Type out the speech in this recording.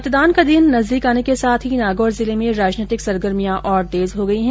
मतदान का दिन नजदीक आने के साथ ही नागौर जिले में राजनैतिक सरगर्मियां और तेज हो गई है